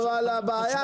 האם בבדיקה?